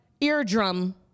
eardrum